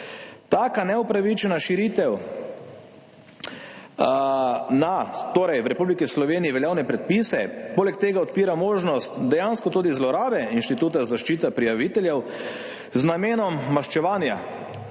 Taka neupravičena širitev na v Republiki Sloveniji veljavne predpise poleg tega odpira možnost dejansko tudi zlorabe instituta zaščite prijaviteljev z namenom maščevanja